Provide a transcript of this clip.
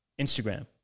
Instagram